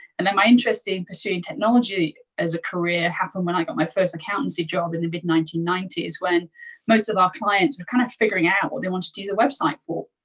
and then my interest in pursuing technology as a career happened when i got my first accountancy job in the mid nineteen ninety s, when most of our clients were kind of figuring out what they wanted to use a website for.